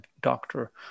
doctor